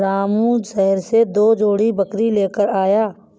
रामू शहर से दो जोड़ी बकरी लेकर आया है